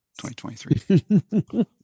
2023